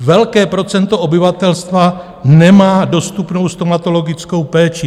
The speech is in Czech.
Velké procento obyvatelstva nemá dostupnou stomatologickou péči.